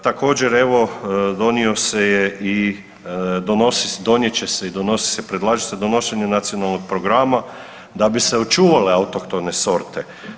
Također, evo donio se je i donijet će se i donosi se, predlaže se donošenje nacionalnog programa da bi se očuvale autohtone sorte.